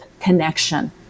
connection